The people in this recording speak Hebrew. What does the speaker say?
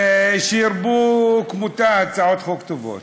ושירבו כמותה הצעות חוק טובות.